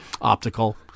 Optical